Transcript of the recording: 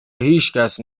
هیچکس